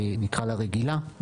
נקרא לה רגילה,